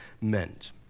meant